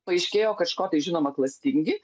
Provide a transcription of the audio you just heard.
paaiškėjo kad škotai žinoma klastingi